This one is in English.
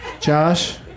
Josh